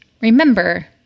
Remember